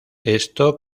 esto